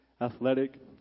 athletic